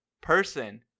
person